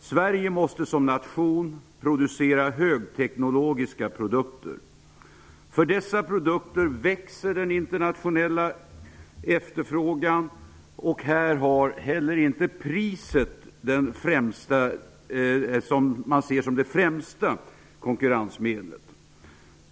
Sverige måste som nation producera högteknologiska produkter. För dessa växer den internationella efterfrågan, och här är inte heller priset det främsta konkurrensmedlet.